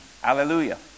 Hallelujah